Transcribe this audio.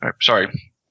sorry